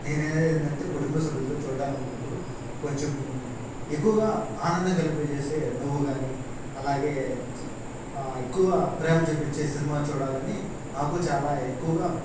నేను అనేది ఏంటంటే కుటుంబ సభ్యులతో చూడాలనుకున్నప్పుడు కొంచెం ఎక్కువగా ఆనందం కలిపి చేసే నవ్వు కానీ అలాగే ఎక్కువగా ప్రేమ చూపపించే సినిమా చూడాలని నాకు చాలా ఎక్కువగా